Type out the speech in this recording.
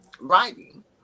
writing